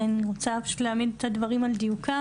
אני רוצה פשוט להעמיד את הדברים על דיוקם.